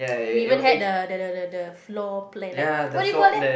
we even had the the the the the floor plan like what do you call that